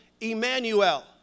Emmanuel